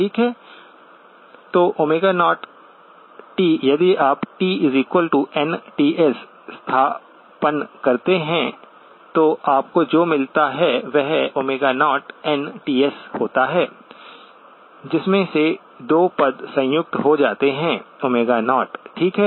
तो 0t यदि आप tnTs स्थानापन्न करते हैं तो आपको जो मिलता है वह 0nTs होता है जिसमें से ये 2 पद संयुक्त हो जाते हैं 0 ठीक है